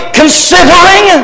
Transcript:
considering